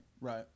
Right